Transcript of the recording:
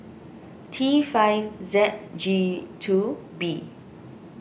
T five Z G two B